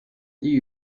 die